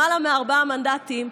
למעלה מארבעה מנדטים,